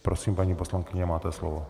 Prosím, paní poslankyně, máte slovo.